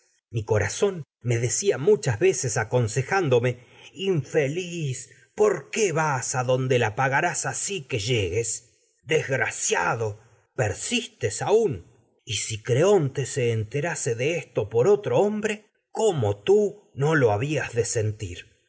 mi corazón decía muchas veces aconsejándome así que se infeliz por qué vas adonde la pagarás llegues enterase desgraciado de esto persistes aún y si creonte por otro hombre tales cómo tii no lo habías de